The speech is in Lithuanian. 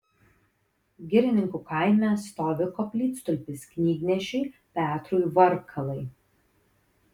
girininkų kaime stovi koplytstulpis knygnešiui petrui varkalai